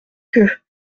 qu’eux